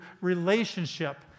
relationship